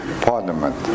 parliament